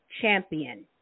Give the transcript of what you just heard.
champion